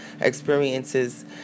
experiences